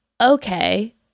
okay